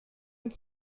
man